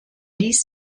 ließ